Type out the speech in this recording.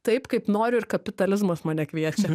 taip kaip noriu ir kapitalizmas mane kviečia